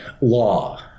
law